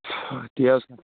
تی حظ